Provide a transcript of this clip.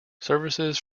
services